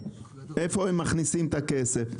איפה הם מכניסים את הכסף?